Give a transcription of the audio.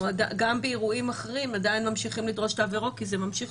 עדיין להמשיך לדרוש תו ירוק באירועים אחרים כי זה ממשיך